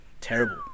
terrible